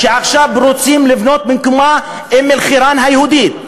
שעכשיו רוצים לבנות במקומה אום-אלחיראן היהודית?